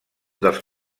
dels